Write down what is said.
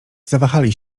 zawahali